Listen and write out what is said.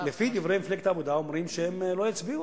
לפי דברי מפלגת העבודה, אומרים שהם לא יצביעו.